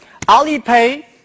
Alipay